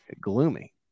Gloomy